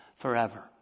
Forever